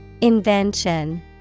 Invention